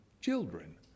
children